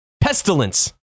Pestilence